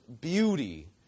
beauty